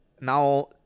Now